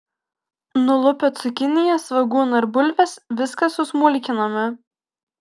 nulupę cukiniją svogūną ir bulves viską susmulkiname